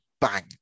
bang